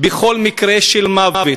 בכל מקרה של מוות,